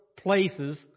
places